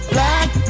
Black